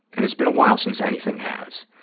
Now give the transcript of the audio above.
and it's been a while since anything has.